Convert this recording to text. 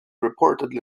reportedly